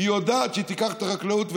היא יודעת שהיא תיקח מהחקלאות,